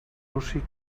luci